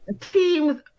teams